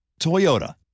Toyota